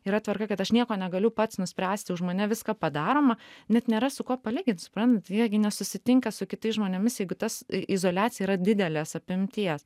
yra tvarka kad aš nieko negaliu pats nuspręsti už mane viską padaroma net nėra su kuo palygint suprantat jie gi nesusitinka su kitais žmonėmis jeigu tas izoliacija yra didelės apimties